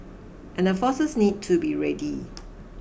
and forces need to be ready